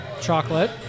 Chocolate